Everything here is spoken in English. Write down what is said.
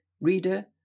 Reader